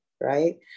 right